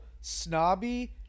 snobby